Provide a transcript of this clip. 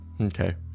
Okay